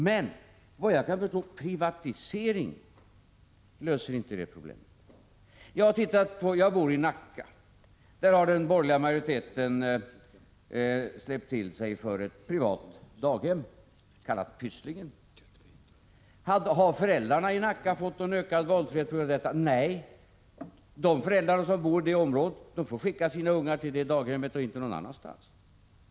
Men privatiseringen löser inte, såvitt jag kan förstå, problemet. Jag bor i Nacka. Den borgerliga majoriteten i Nacka har startat ett privat daghem, kallat Pysslingen. Har föräldrarna i Nacka fått ökad valfrihet på grund av detta? Nej, de föräldrar som bor i området får skicka sina barn till det daghemmet och inte någon annanstans.